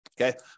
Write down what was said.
okay